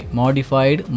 modified